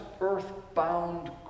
earthbound